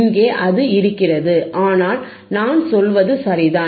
இங்கே அது இருக்கிறது ஆனால் நான் சொல்வது சரிதான்